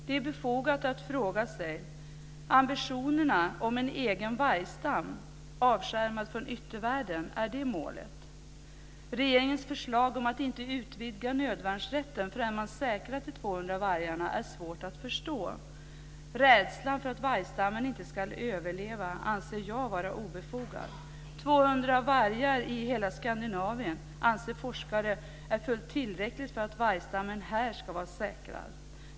Det är befogat att fråga sig om ambitionen är en egen vargstam avskärmad från yttervärlden. Regeringens förslag om att inte utvidga nödvärnsrätten förrän man säkrat de 200 vargarna är svårt att förstå. Rädslan för att vargstammen inte ska överleva anser jag vara obefogad. 200 vargar i hela Skandinavien anser forskare vara fullt tillräckligt för att vargstammen här ska vara säkrad.